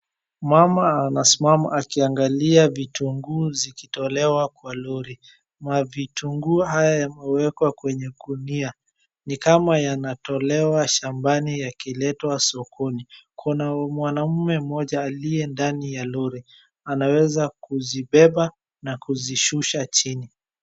Mama anasimama akiangalia vitunguu zikitolewa kwa lori. Mavitunguu haya yamewekwa kwenye gunia, ni kama yanatolewa shambani yakiletwa sokoni. Kuna mwanaume mmoja aliye ndani ya lori, anaweza kuzibeba na kuzishusha chini.